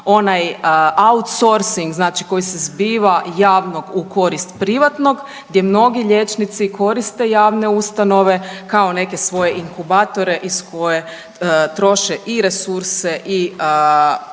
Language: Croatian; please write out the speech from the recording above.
onaj outsourcing znači koji se zbiva javnog u korist privatnog, gdje mnogi liječnici koriste javne ustanove kao neke svoje inkubatore iz koje troše i resurse i